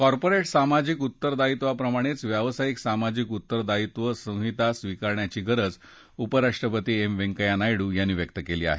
corporate सामाजिक उत्तर दायित्वाप्रमाणेच व्यावसायिक सामाजिक उत्तर दायित्व संहिता स्वीकारण्याची गरज उपराष्ट्रपती एम वैंकय्या नायडू यांनी व्यक्त केली आहे